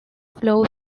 flow